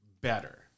better